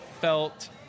felt